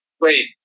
Wait